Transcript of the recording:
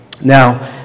Now